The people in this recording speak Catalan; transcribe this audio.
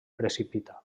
precipita